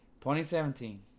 2017